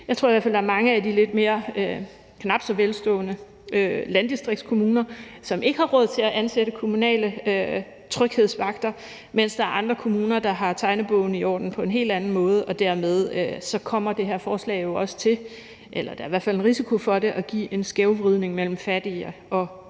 Jeg tror i hvert fald, der er mange af de knap så velstående landdistriktskommuner, som ikke har råd til at ansætte kommunale tryghedsvagter, mens der er andre kommuner, der har tegnebogen i orden på en helt anden måde. Dermed kommer det her forslag jo også til – eller der er i hvert fald en risiko for det – at give en skævvridning mellem fattigere og rigere